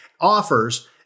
offers